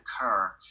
occur